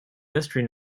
mystery